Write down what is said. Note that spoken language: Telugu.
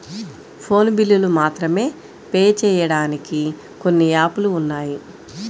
ఫోను బిల్లులు మాత్రమే పే చెయ్యడానికి కొన్ని యాపులు ఉన్నాయి